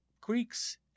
Greeks